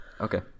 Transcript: Okay